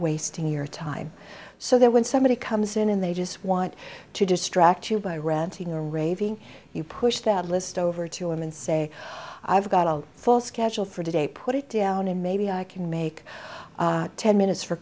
wasting your time so that when somebody comes in and they just want to distract you by renting a raving you push that list over to him and say i've got a full schedule for today put it down and maybe i can make ten minutes for